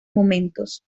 momentos